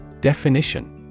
Definition